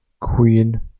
Queen